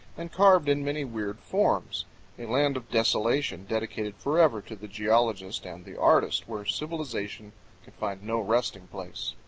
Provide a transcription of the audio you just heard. and carved in many weird forms a land of desolation, dedicated forever to the geologist and the artist, where civilization can find no resting-place.